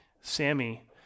Sammy